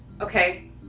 Okay